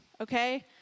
Okay